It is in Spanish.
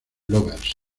lovers